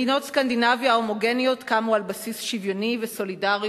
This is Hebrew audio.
מדינות סקנדינביה ההומוגניות קמו על בסיס שוויוני וסולידרי,